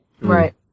Right